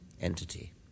entity